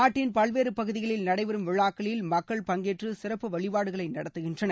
நாட்டின் பல்வேறு பகுதிகளில் நடைபெறும் விழாக்களில் மக்கள் பங்கேற்று சிறப்பு வழிபாடுகளை நடத்துகின்றனர்